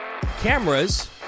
Cameras